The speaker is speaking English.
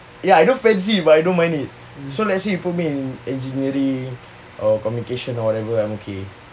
ya I don't fancy it but I don't mind it so let's say you put me in engineering or communications I'm okay